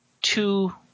two